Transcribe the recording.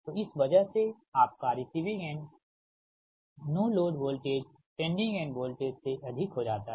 तो इस वजह से आपकारिसीविंग end no load voltage sending end voltage से अधिक हो जाता है